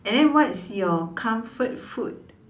and then what is your comfort food